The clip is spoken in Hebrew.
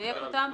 ולדייק אותם.